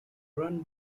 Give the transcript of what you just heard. run